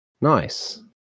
Nice